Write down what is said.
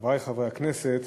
חברי חברי הכנסת,